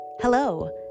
Hello